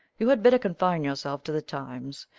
you had better confine yourself to the times.